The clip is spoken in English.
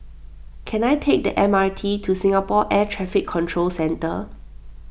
can I take the M R T to Singapore Air Traffic Control Centre